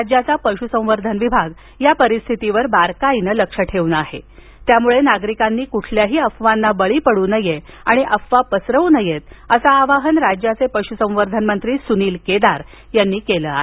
राज्याचा पशू संवर्धन विभाग परिस्थितीवर बारकाईनं लक्ष ठेऊन आहे त्यामुळे नागरिकांनी कुठल्याही अफवांना बळी पड्र नये आणि अफवा पसरवू नयेत असं आवाहन राज्याचे पशू संवर्धन मंत्री सुनील केदार यांनी केलं आहे